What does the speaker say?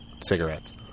cigarettes